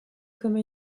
comme